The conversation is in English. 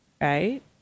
right